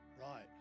Right